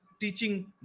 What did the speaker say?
teaching